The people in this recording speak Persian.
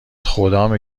خدامه